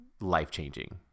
life-changing